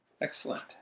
Excellent